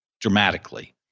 dramatically